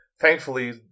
thankfully